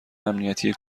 امنیتی